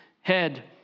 head